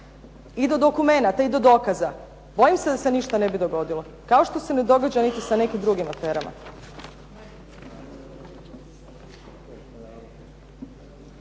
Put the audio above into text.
i do dokumenata i do dokaza, bojim se da se ništa ne bi dogodilo, kao što se ne događa sa nekim drugim aferama.